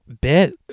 bit